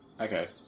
Okay